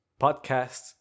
podcasts